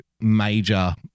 major